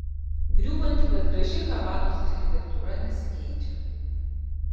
griūvanti bet graži havanos architektūra nesikeičia